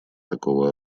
такого